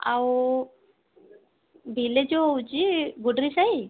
ଆଉ ଭିଲେଜ ହେଉଛି ଗୁଡ଼୍ରୀ ସାହି